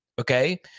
Okay